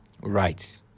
Right